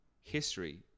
history